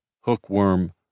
hookworm